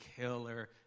killer